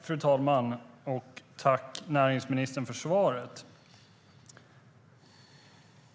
Fru talman! Jag tackar näringsministern för svaret.